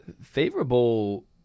Favorable